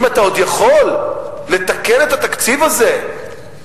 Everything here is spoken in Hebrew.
אם אתה עוד יכול לתקן את התקציב הזה ולא